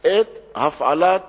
את הפעלת